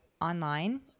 online